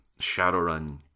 Shadowrun